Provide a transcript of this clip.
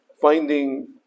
finding